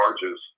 charges